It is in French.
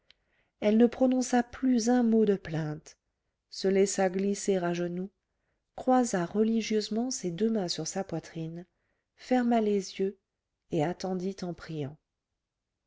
elle ne prononça plus un mot de plainte se laissa glisser à genoux croisa religieusement ses deux mains sur sa poitrine ferma les yeux et attendit en priant